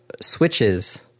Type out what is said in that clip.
switches